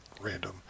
random